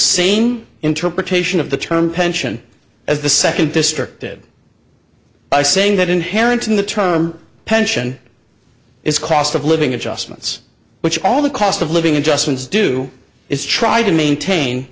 same interpretation of the term pension as the second district did by saying that inherent in the term pension is cost of living adjustments which all the cost of living adjustments do is try to maintain